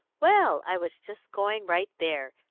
well, i was just going right there.